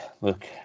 Look